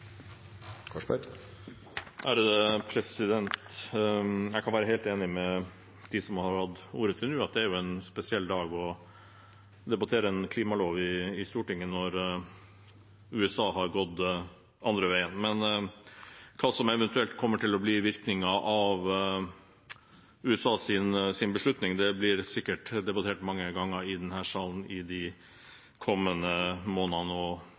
helt enig med dem som har hatt ordet til nå, i at det er en spesiell dag å debattere en klimalov i Stortinget på, når USA har gått den andre veien. Men hva som eventuelt kommer til å bli virkningen av USAs beslutning, blir sikkert debattert mange ganger i denne salen i de kommende månedene og